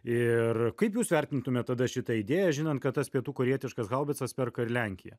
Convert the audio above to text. ir kaip jūs vertintumėt tada šitą idėją žinant kad tas pietų korėjietiškas haubicas perka ir lenkija